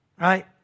right